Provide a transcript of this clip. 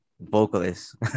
vocalist